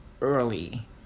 early